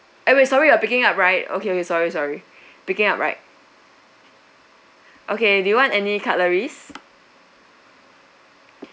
eh wait sorry you're picking up right okay okay sorry sorry picking up right okay do you want any cutleries